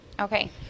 Okay